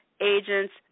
agents